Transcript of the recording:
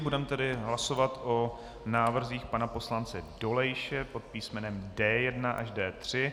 Budeme tedy hlasovat o návrzích pana poslance Dolejše pod písmenem D1 až D3.